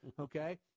Okay